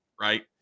right